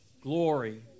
glory